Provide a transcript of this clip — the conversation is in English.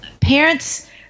parents